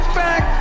back